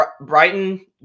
Brighton